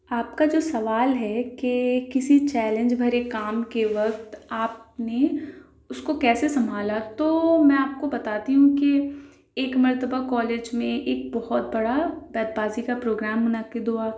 آج کا جو سوال ہے کہ کسی چیلنج بھرے کام کے وقت آپ نے اس کو کیسے سنبھالا تو میں آپ کو بتاتی ہوں کہ ایک مرتبہ کالج میں ایک بہت بڑا بیت بازی کا پروگرام منعقد ہوا